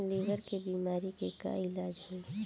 Liver के बीमारी के का इलाज होई?